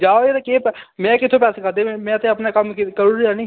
जा ओए एह्दे केह् में कुत्थै पैसे खाद्धे में ते अपना कम्म करी ओड़ेआ निं